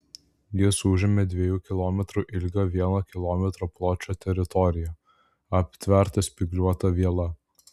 jis užėmė dviejų kilometrų ilgio vieno kilometro pločio teritoriją aptvertą spygliuota viela